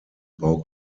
bau